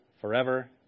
forever